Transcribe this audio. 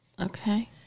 Okay